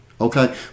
okay